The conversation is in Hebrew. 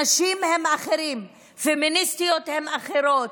נשים הן אחרות, פמיניסטיות הן אחרות,